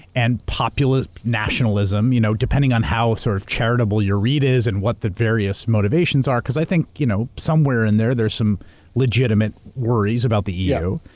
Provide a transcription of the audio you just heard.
and populist nationalism, you know depending on how sort of charitable your read is, and what the various motivations are. cause i think you know somewhere somewhere in there, there's some legitimate worries about the eu.